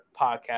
Podcast